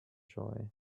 joy